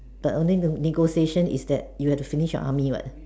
but only the negotiation is that you have to finish your army what